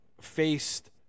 faced